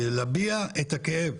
על מנת להביע את הכאב.